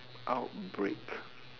outbreak